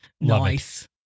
Nice